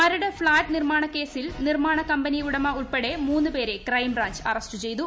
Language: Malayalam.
മരട് ഫ്ളാറ്റ് നിർമ്മാണ കേസിൽ നിർമ്മാണ കമ്പനി ഉടമ ഉൾപ്പെടെ മൂന്നു പേരെ ക്രൈംബ്രാഞ്ച് അറസ്റ്റ് ചെയ്തു